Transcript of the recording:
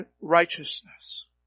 righteousness